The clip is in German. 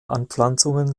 anpflanzungen